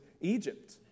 Egypt